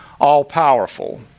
all-powerful